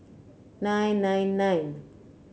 nine nine nine